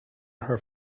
her